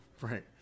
right